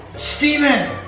stephen!